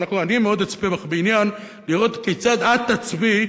אני אצפה בך מאוד בעניין לראות כיצד את תצביעי,